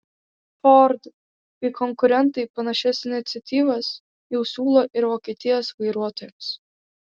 ford bei konkurentai panašias iniciatyvas jau siūlo ir vokietijos vairuotojams